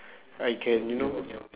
I can you know